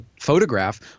photograph